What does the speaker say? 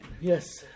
Yes